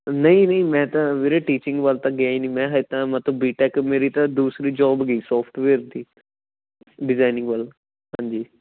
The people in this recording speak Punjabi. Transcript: ਨਹੀਂ ਨਹੀਂ ਮੈਂ ਤਾਂ ਵੀਰੇ ਟੀਚਿੰਗ ਵੱਲ ਤਾਂ ਗਿਆ ਹੀ ਨਹੀਂ ਮੈਂ ਹਜੇ ਤਾਂ ਮਤਲਬ ਬੀਟੈਕ ਮੇਰੀ ਤਾਂ ਦੂਸਰੀ ਜੋਬ ਗੀ ਸੋਫਟਵੇਅਰ ਦੀ ਡਿਜ਼ਾਇਨਿੰਗ ਵਾਲਾ ਹਾਂਜੀ